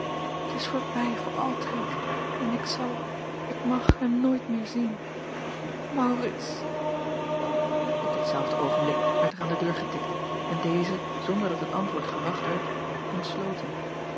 t s voorbij voor altijd en ik zal ik mag hem nooit meer zien aurits p ditzelfde oogenblik werd er aan de deur getikt en deze zonder dat het antwoord gewacht werd ontsloten